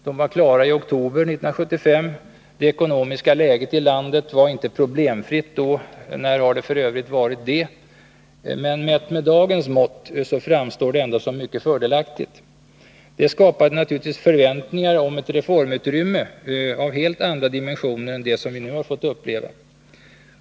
De var klara i oktober 1975. Det ekonomiska läget i landet var inte problemfritt då — när har det f. ö. varit det —, men mätt med dagens mått framstår det ändå som mycket fördelaktigt. Detta skapade naturligtvis förväntningar om ett reformutrymme av helt andra dimensioner än det vi nu får uppleva.